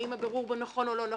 אם הבירור בו נכון או לא נכון,